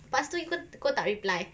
pas tu you cod~ kau tak reply